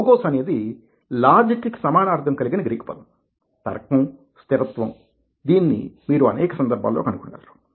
logos అనేది logic కి సమానార్దం కలిగిన గ్రీకు పదంతర్కం స్థిరత్వం దీనిని మీరు అనేక సందర్భాలలో కనుగొనగలరు